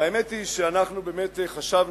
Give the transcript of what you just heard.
האמת היא שאנחנו באמת חשבנו